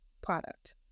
product